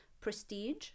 prestige